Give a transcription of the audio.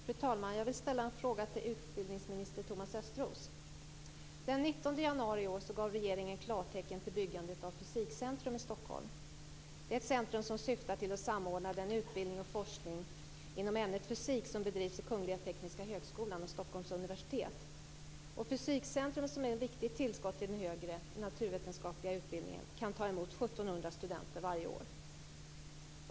Fru talman! Jag vill ställa en fråga till utbildningsminister Thomas Östros. Den 19 januari i år gav regeringen klartecken till byggandet av Fysikcentrum i Stockholm. Det är ett centrum som syftar till att samordna den utbildning och forskning inom ämnet fysik som bedrivs vid Kungliga tekniska högskolan och Stockholms universitet. Fysikcentrum, som är ett viktigt tillskott i den högre naturvetenskapliga utbildningen, kan ta emot 1 700 studenter varje år.